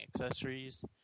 accessories